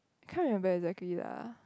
can't remember exactly lah